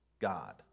god